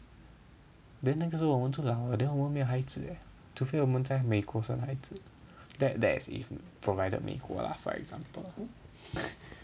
then then 可是我们出来后 then 我们没有孩子 eh 除非我们在美国生孩子 that that's if provided 美国 lah for example